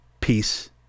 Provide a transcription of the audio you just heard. peace